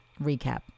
Recap